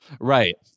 right